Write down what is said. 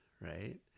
right